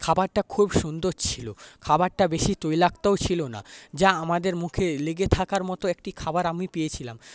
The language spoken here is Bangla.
খাবারটা খুব সুন্দর ছিল খাবারটা বেশি তৈলাক্তও ছিল না যা আমাদের মুখে লেগে থাকার মতো একটি খাবার আমি পেয়েছিলাম